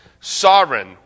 sovereign